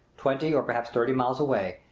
twenty, or perhaps thirty miles away,